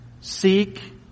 seek